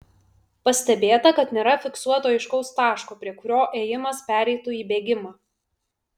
pastebėta kad nėra fiksuoto aiškaus taško prie kurio ėjimas pereitų į bėgimą